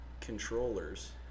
controllers